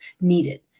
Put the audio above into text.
needed